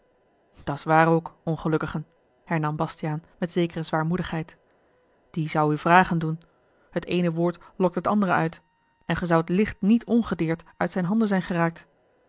komen dat's waar ook ongelukkigen hernam bastiaan met zekere zwaarmoedigheid die zou u vragen doen het eene woord lokt het andere uit en ge zoudt licht niet ongedeerd uit zijne handen zijn geraakt